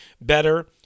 better